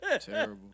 Terrible